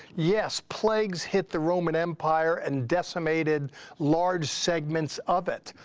yes, plagues hit the roman empire and decimated large segments of it.